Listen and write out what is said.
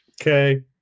Okay